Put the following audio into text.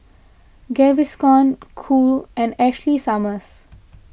Gaviscon Cool and Ashley Summers